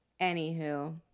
anywho